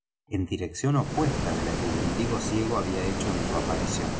grandísimo consuelo en dirección opuesta de la que el mendigo ciego había hecho su aparición